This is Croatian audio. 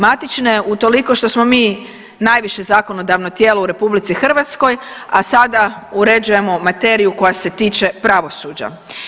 Matične utoliko što smo mi najviše zakonodavno tijelo u RH, a sada uređujemo materiju koja se tiče pravosuđa.